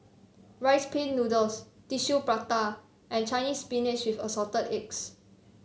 Rice Pin Noodles Tissue Prata and Chinese Spinach with Assorted Eggs